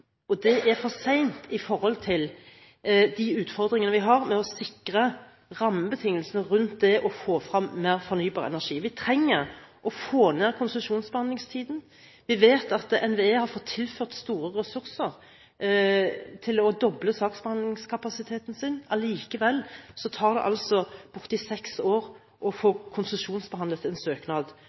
og det er for sent i forhold til de utfordringene vi har med å sikre rammebetingelsene for det å få frem mer fornybar energi. Vi trenger å få ned konsesjonsbehandlingstiden. Vi vet at NVE har fått tilført store ressurser til å doble saksbehandlingskapasiteten sin. Allikevel tar det altså bortimot seks år å få konsesjonsbehandlet en søknad.